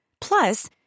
Plus